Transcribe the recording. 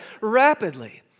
rapidly